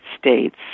States